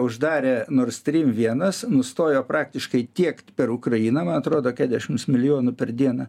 uždarė nor strym vienas nustojo praktiškai tiekt per ukrainą man atrodo kedešims milijonų per dieną